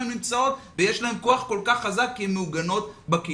שבהן הן נמצאות ויש להן כוח כל כך חזק כי הן מעוגנות בקהילה.